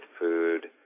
food